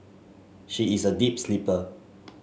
she is a deep sleeper